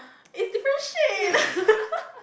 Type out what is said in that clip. it's different shade